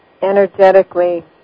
energetically